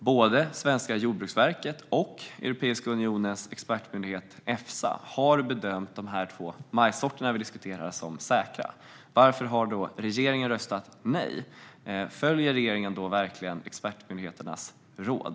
Både svenska Jordbruksverket och Europeiska unionens expertmyndighet Efsa har bedömt dessa två majssorter som säkra. Varför har då regeringen röstat nej? Följer regeringen då verkligen expertmyndigheternas råd?